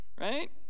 Right